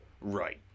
Right